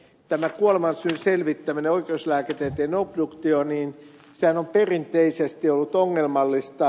tämä kuolemansyyn selvittäminen oikeuslääketieteen obduktio on perinteisesti ollut ongelmallista